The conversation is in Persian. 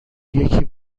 یکی